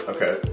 Okay